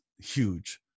huge